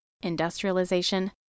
industrialization